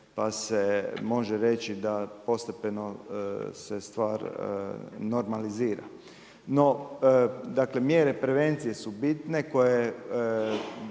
pa se može reći da postepeno se normalizira. No, mjere prevencije su bitne